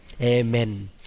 Amen